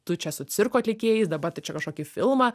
tu čia su cirko atlikėjais dabar tu čia kažkokį filmą